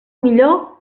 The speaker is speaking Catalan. millor